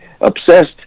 obsessed